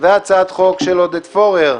והצעת חוק של עודד פורר: